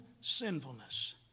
sinfulness